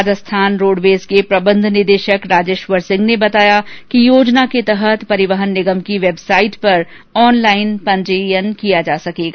राजस्थान राज्य पथ परिवहन निगम के प्रबन्ध निदेशक राजेश्वर सिंह ने बताया कि योजना के तहत परिवहन निगम की वैबसाईट पर ऑनलाईन पंजीयन किया जा सकेगा